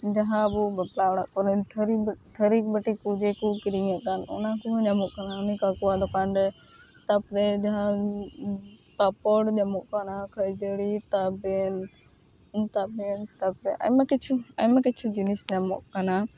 ᱡᱟᱦᱟᱸ ᱟᱵᱚ ᱵᱟᱯᱞᱟ ᱚᱲᱟᱜ ᱠᱚᱨᱮ ᱛᱷᱟᱹᱨᱤ ᱛᱷᱟᱹᱨᱤ ᱵᱟᱹᱴᱤ ᱠᱚᱜᱮ ᱠᱚ ᱠᱤᱨᱤᱧ ᱮᱫᱠᱟᱱᱟ ᱥᱮ ᱧᱟᱢᱚᱜ ᱠᱟᱱᱟ ᱩᱱᱤ ᱠᱟᱠᱩᱣᱟᱜ ᱫᱚᱠᱟᱱ ᱨᱮ ᱛᱟᱯᱚᱨᱮ ᱡᱟᱦᱟᱸ ᱯᱟᱯᱚᱲ ᱧᱟᱢᱚᱜ ᱠᱟᱱᱟ ᱠᱷᱟᱹᱡᱟᱹᱲᱤ ᱛᱟᱵᱮᱱ ᱛᱟᱯᱚᱨᱮ ᱛᱟᱯᱚᱨᱮ ᱟᱭᱢᱟ ᱠᱤᱪᱷᱩ ᱟᱭᱢᱟ ᱠᱤᱪᱷᱩ ᱡᱤᱱᱤᱥ ᱧᱟᱢᱚᱜ ᱠᱟᱱᱟ